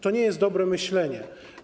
To nie jest dobre myślenie.